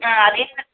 ஆ அதே மாதிரி